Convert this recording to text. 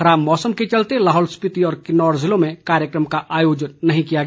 खराब मौसम के चलते लाहौल स्पीति और किन्नौर ज़िलों में कार्यक्रम का आयोजन नहीं किया गया